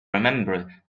remembered